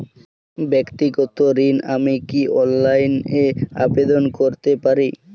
ব্যাক্তিগত ঋণ আমি কি অনলাইন এ আবেদন করতে পারি?